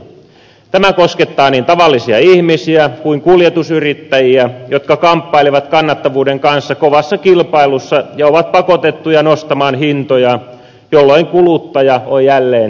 tämä koskettaa niin tavallisia ihmisiä kuin kuljetusyrittäjiä jotka kamppailevat kannattavuuden kanssa kovassa kilpailussa ja ovat pakotettuja nostamaan hintoja jolloin kuluttaja on jälleen maksumiehenä